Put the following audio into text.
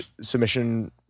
submission